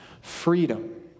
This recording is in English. freedom